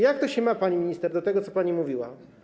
Jak to się ma, pani minister, do tego, co pani mówiła?